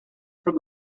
from